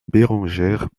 bérengère